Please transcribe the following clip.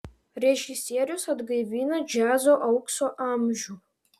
režisierius atgaivina džiazo aukso amžių